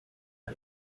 was